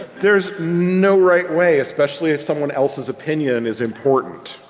there's no right way, especially if someone else's opinion is important.